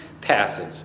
passage